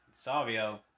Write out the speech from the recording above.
Savio